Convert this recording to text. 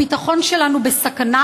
הביטחון שלנו בסכנה,